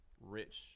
rich